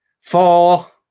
four